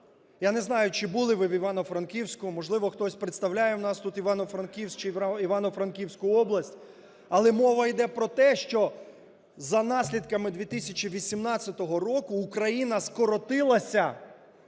Я не знаю, чи були ви в Івано-Франківську, можливо, хтось представляє у нас тут Івано-Франківськ чи Івано-Франківську область, але мова йде про те, що за наслідками 2018 року Україна скоротилася